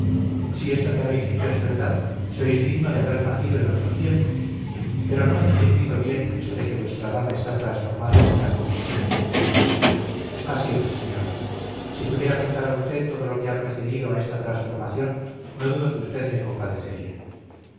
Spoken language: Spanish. si esto que habéis dicho es verdad sois digno de haber nacido en otros tiempos pero no he entendido bien eso de que vuestra dama está transformada en una comiquilla así es señora si pudiera contar a usted todo lo que ha precedido a esta transformación no dudo que usted me compadecería